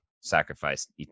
sacrificed